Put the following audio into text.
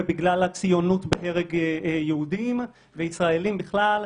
ובגלל הציונות בהרג יהודים וישראלים בכלל,